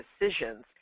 decisions